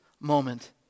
moment